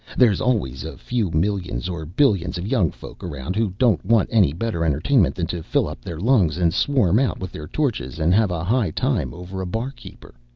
there's always a few millions or billions of young folks around who don't want any better entertainment than to fill up their lungs and swarm out with their torches and have a high time over a barkeeper.